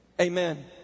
Amen